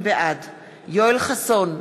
בעד יואל חסון,